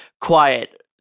quiet